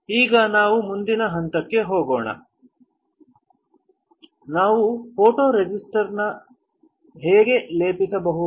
ಈಗ ನಾವು ಮುಂದಿನ ಹಂತಕ್ಕೆ ಹೋಗೋಣ ನಾವು ಫೋಟೊರೆಸಿಸ್ಟರ್ ಅನ್ನು ಹೇಗೆ ಲೇಪಿಸಬಹುದು